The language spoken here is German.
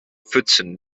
pfützen